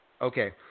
Okay